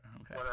okay